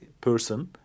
person